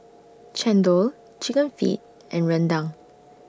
Chendol Chicken Feet and Rendang